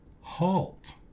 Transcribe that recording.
halt